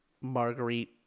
Marguerite